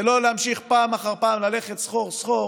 ולא להמשיך פעם אחר פעם ללכת סחור-סחור